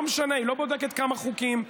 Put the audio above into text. לא משנה, היא לא בודקת כמה חוקים,